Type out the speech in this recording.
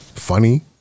Funny